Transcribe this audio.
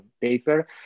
paper